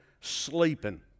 sleeping